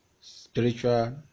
spiritual